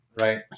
right